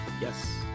yes